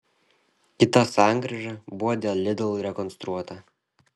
kita sankryža buvo dėl lidl rekonstruota